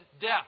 death